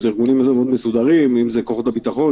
יש לנו לבנות יותר מסוכנות ופחות מסוכנות.